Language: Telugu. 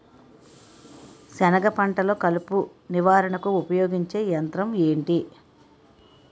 సెనగ పంటలో కలుపు నివారణకు ఉపయోగించే యంత్రం ఏంటి?